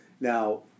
Now